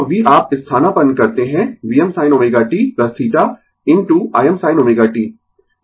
तो v आप स्थानापन्न करते है Vm sin ω t θ into Imsin ω t